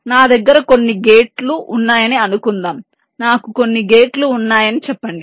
నా దగ్గర కొన్ని గేట్ లు ఉన్నాయని అనుకుందాం నాకు కొన్ని గేట్లు ఉన్నాయని చెప్పండి